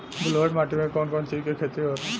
ब्लुअट माटी में कौन कौनचीज के खेती होला?